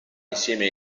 insieme